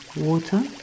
water